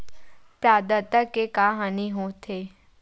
प्रदाता के का हानि हो थे?